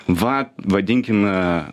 va vadinkim